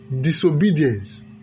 disobedience